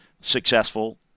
successful